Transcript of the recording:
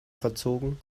verzogen